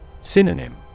Synonym